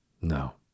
No